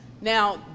Now